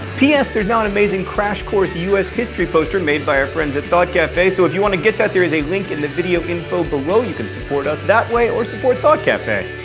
p s. there's now an amazing crash course us history poster made by our friends at thought cafe, so if you want to get that, there is a link in the video info below. you can support us that way, or support thought cafe.